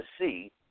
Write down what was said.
see